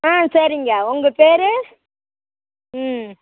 ஆ சரிங்க உங்கள் பேர் ம்